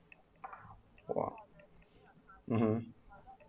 !wah! mmhmm